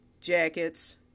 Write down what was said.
jackets